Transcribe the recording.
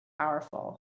Powerful